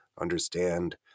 understand